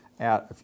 out